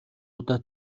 удаа